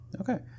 Okay